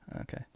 okay